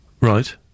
right